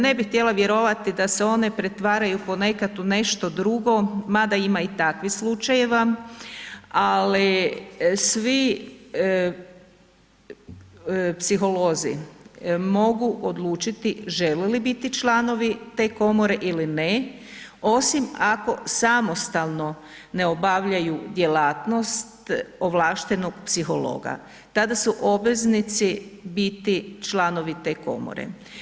Ne bih htjela vjerovati da se one pretvaraju ponekad u nešto drugo mada ima i takvih slučajeva, ali svi psiholozi mogu odlučiti žele li biti članovi te komore ili ne osim ako samostalno ne obavljaju djelatnost ovlaštenog psihologa, tada su obveznici biti članovi te komore.